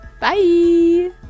Bye